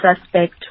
suspect